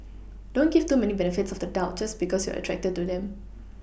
don't give too many benefits of the doubt just because you're attracted to them